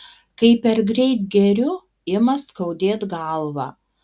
kai per greit geriu ima skaudėt galvą